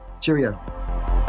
Cheerio